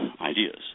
ideas